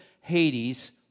Hades